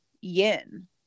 yin